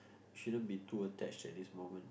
shouldn't be too attached at this moment